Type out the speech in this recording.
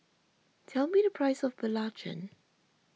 tell me the price of Belacan